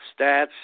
stats